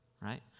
Right